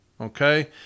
okay